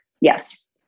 yes